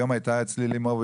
היום הייתה אצלי לימור,